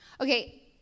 Okay